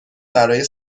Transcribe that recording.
برای